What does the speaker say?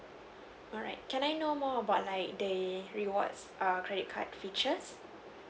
alright can I know more about like the rewards err credit card features